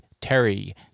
Terry